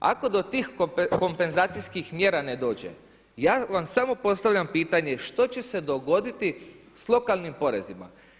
Ako do tih kompenzacijskih mjera ne dođe, ja vam samo postavljam pitanje, što će se dogoditi s lokalnim porezima?